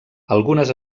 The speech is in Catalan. algunes